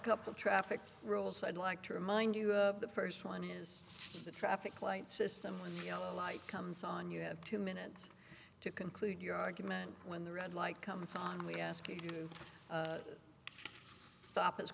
couple traffic rolls i'd like to remind you of the first one is the traffic light system when yellow light comes on you have two minutes to conclude your argument when the red light comes on we ask if you stop as